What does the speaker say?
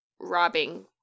robbing